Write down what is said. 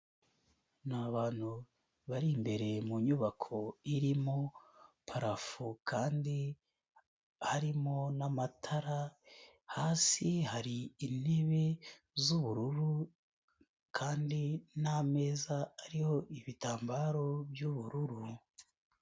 Ni abantu, bari imbere mu nyubako irimo, parafu kandi, harimo n'amatara, hasi hari intebe z'ubururu, kandi n'ameza ariho ibitambaro by'ubururu.